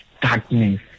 darkness